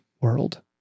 world